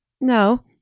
no